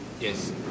Yes